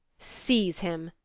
seize him,